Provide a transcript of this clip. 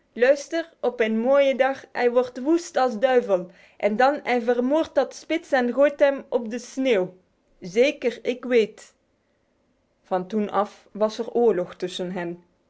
luister op een mooie dag hij wordt woest als duivel en dan hij vermoordt dat spitz en gooit hem op de sneeuw zeker ik weet van toen af was er oorlog tussen